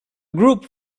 group